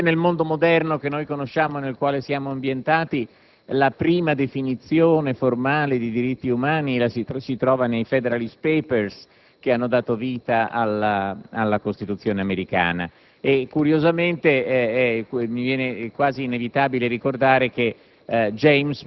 Probabilmente nel mondo moderno, che noi conosciamo e nel quale viviamo, la prima definizione formale dei diritti umani si ritrova nei *Federalist Papers* che hanno dato vita alla Costituzione americana. È allora quasi inevitabile ricordare che